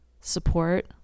Support